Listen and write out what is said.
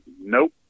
nope